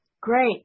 Great